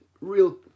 real